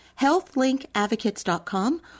healthlinkadvocates.com